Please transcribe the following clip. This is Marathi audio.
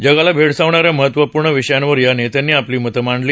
जगाला भेडसावणा या महत्त्वपूर्ण विषयांवर या नेत्यांनी आपली मतं मांडली